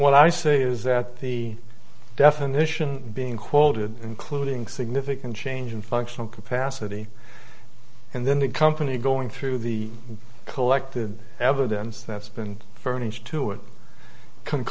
what i see is that the definition being quoted including significant change in functional capacity and then the company going through the collected evidence that's been furnished to it co